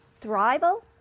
Thrival